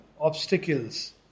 obstacles